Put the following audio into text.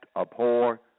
abhor